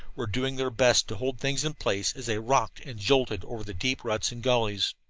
were doing their best to hold things in place as they rocked and jolted over the deep ruts and gullies.